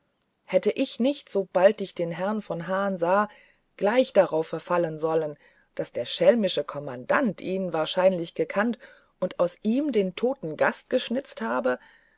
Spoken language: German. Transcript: hätte ich nicht sobald ich den herrn von hahn sah gleich darauffallen sollen daß der schelmische kommandant ihn wahrscheinlich gekannt und aus ihm den toten gast geschnitzelt habe